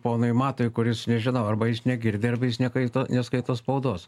ponui matui kuris nežinau arba jis negirdi arba jis nekaito neskaito spaudos